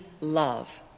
love